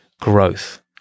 growth